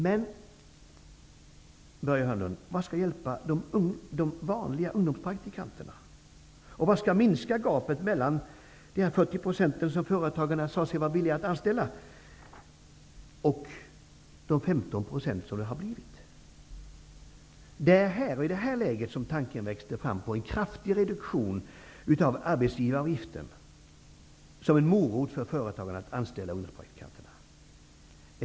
Men, Börje Hörnlund, vad skall hjälpa de vanliga ungdomspraktikanterna? Vad skall minska gapet mellan de 40 % som företagarna sade sig vara villiga att anställa och de 15 % som det har blivit? Det var i det här läget som tanken växte fram på en kraftig reduktion av arbetsgivaravgiften som en morot för företagarna att anställa ungdomspraktikanterna.